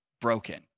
broken